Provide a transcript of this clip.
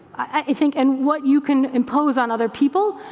i think, and what you can impose on other people,